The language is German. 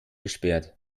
gesperrt